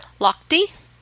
Lochte